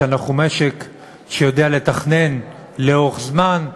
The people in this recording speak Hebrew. שאנחנו משק שיודע לתכנן לאורך זמן,